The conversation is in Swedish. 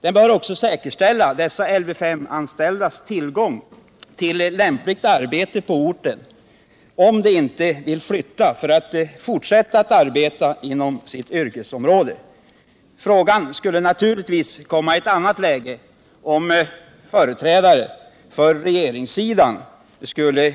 De Lv S-anställdas tillgång till lämpligt arbete på orten bör också säkerställas, om de inte vill flytta för att fortsätta att arbeta inom sitt yrkesområde. Frågan skulle naturligtvis komma i ett annat läge om företrädare för regeringen skulle